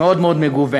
מאוד מאוד מגוונת,